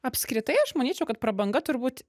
apskritai aš manyčiau kad prabanga turbūt